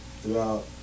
Throughout